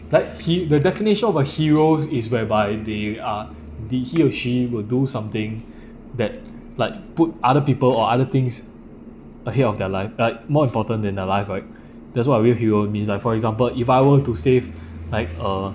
like he~ the definition of a hero is whereby they are did he or she will do something that like put other people or other things ahead of their life like more important than the life right that's what a real hero means like for example if I were to save like a